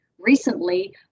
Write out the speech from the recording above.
recently